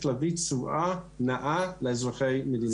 להביא תשואה נאה לאזרחי מדינת ישראל.